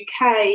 UK